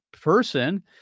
person